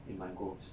in my goals